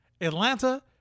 Atlanta